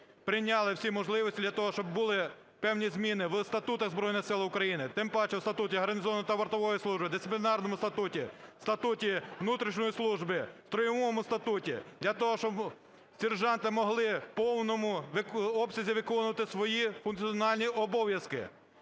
прийняли всі можливості для того, щоб були певні зміни в статутах Збройних Сил України, тим паче в Статуті гарнізонної і вартової служб, Дисциплінарному статуті, в Статуті внутрішньої служби, в стройовому статуті, для того щоб сержанти могли в повному обсязі виконувати свої функціональні обов'язки.